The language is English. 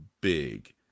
big